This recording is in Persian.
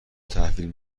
تحویل